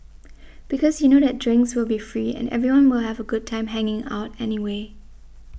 because you know that drinks will be free and everyone will have a good time hanging out anyway